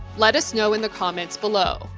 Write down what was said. let us know in the comments below.